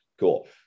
Cool